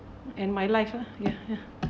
and my life ah ya ya